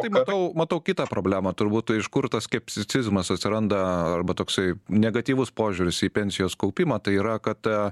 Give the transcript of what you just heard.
tai matau matau kitą problemą turbūtų iš kur tas skepsicizmas atsiranda arba toksai negatyvus požiūris į pensijos kaupimą tai yra kad